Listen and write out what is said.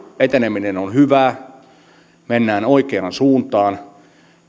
eteneminen on hyvää mennään oikeaan suuntaan